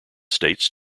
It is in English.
states